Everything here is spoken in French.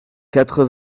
quatre